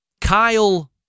Kyle